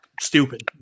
stupid